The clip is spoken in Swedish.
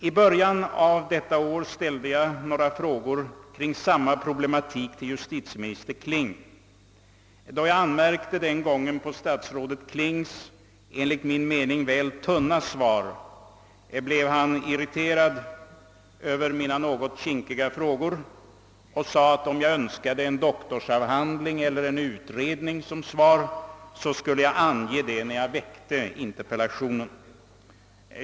I början på detta år ställde jag några frågor kring samma problematik till justitieminister Kling. När jag den gången anmärkte på justitieministerns enligt min mening väl tunna svar blev han irriterad över mina något kinkiga frågor och sade, att om jag önskade en doktorsavhandling eller utredning som svar, så skulle jag ange det när jag väckte interpellationen.